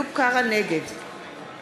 נגד